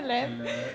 the lab